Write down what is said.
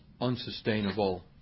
unsustainable